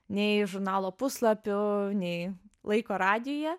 nei žurnalo puslapių nei laiko radijuje